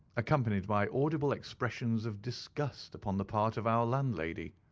accompanied by audible expressions of disgust upon the part of our landlady.